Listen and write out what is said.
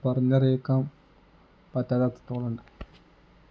പറഞ്ഞറിയിക്കാൻ പറ്റാത്ത അത്രത്തോളമുണ്ട്